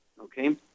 okay